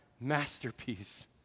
masterpiece